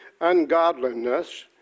ungodliness